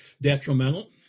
detrimental